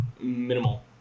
minimal